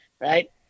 right